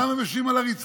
למה הם יושבים על הרצפה?